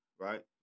Right